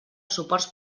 suports